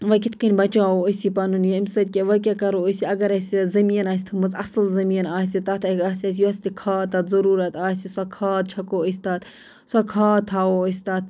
وۄنۍ کِتھٕ کٔنۍ بَچاوو أسۍ یہِ پَنُن یہِ اَمہِ سۭتۍ کیٛاہ وۄنۍ کیٛاہ کَرو أسۍ اگر اَسہِ زٔمیٖن آسہِ تھٲومٕژ اَصٕل زٔمیٖن آسہِ تَتھ آسہِ اَسہِ یۄس تہِ کھاد تتھ ضروٗرَت آسہِ سۄ کھاد چھَکو أسۍ تتھ سۄ کھاد تھاوو أسۍ تتھ